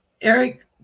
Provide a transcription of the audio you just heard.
Eric